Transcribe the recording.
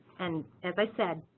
and as i said,